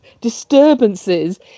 disturbances